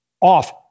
off